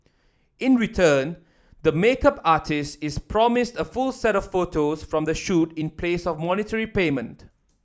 in return the make up artist is promised a full set of photos from the shoot in place of monetary payment